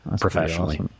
professionally